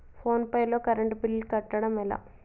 Phone pay లో current bill కట్టడం ఎట్లా?